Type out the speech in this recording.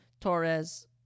Torres